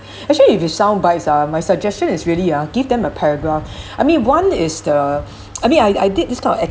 actually if you sound ah my suggestion is really ah give them a paragraph I mean one is the I mean I I did this kind of